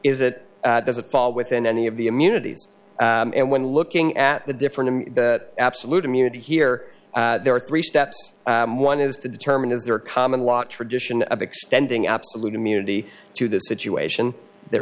is it doesn't fall within any of the immunities and when looking at the different absolute immunity here there are three steps one is to determine is there a common law tradition of extending absolute immunity to the situation there